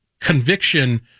conviction